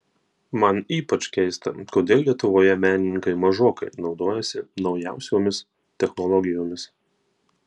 man ypač keista kodėl lietuvoje menininkai mažokai naudojasi naujausiomis technologijomis